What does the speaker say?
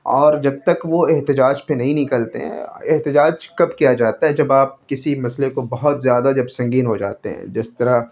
اور جب تک وہ احتجاج پہ ںہیں نکلتے ہیں احتجاج کب کیا جاتا ہے جب آپ کسی مسئلے کو بہت زیادہ جب سنگین ہو جاتے ہیں جس طرح